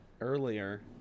earlier